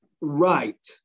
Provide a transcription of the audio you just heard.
Right